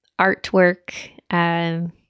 Artwork